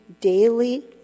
daily